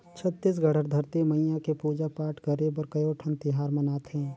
छत्तीसगढ़ हर धरती मईया के पूजा पाठ करे बर कयोठन तिहार मनाथे